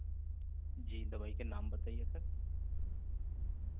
جی دوائی کے نام بتائیے سر